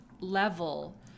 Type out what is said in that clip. level